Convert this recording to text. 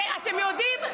אתם יודעים,